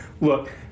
Look